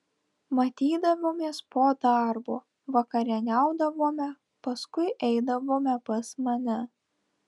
matydavomės po darbo vakarieniaudavome paskui eidavome pas mane